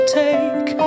take